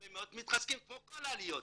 הרבה מאוד מתחזקים כמו כל העליות,